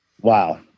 wow